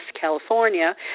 California